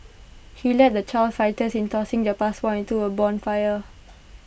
he led the child fighters in tossing their passports into A bonfire